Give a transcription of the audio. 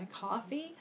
coffee